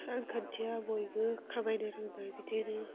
रांखान्थिया बयबो खामायनो रोंबाय बिदिनो